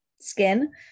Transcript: skin